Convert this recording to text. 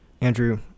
Andrew